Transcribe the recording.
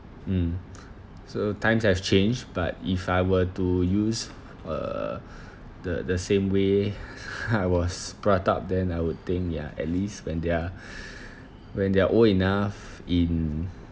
mm so times have changed but if I were to use err the the same way I was brought up then I would think ya at least when they're when they're old enough in